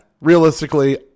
Realistically